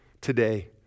today